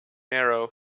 narrow